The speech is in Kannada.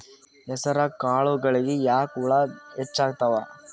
ಹೆಸರ ಕಾಳುಗಳಿಗಿ ಯಾಕ ಹುಳ ಹೆಚ್ಚಾತವ?